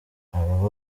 abo